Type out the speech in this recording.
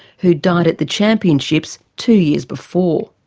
who'd died at the championships two years before.